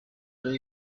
cube